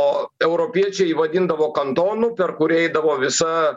o europiečiai jį vadindavo kantonu per kurį eidavo visa